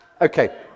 Okay